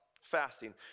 fasting